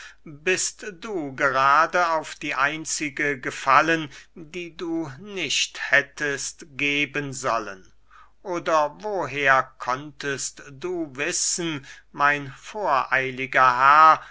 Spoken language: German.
bist du gerade auf die einzige gefallen die du nicht hättest geben sollen oder woher konntest du wissen mein voreiliger herr